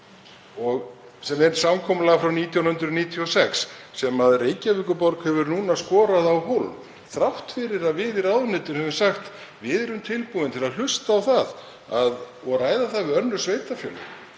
sem er samkomulag frá 1996 sem Reykjavíkurborg hefur nú skorað á hólm þrátt fyrir að við í ráðuneytinu höfum sagt: Við erum tilbúin til að hlusta á það og ræða það við önnur sveitarfélög